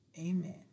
Amen